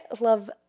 love